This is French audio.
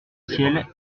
ciel